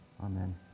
Amen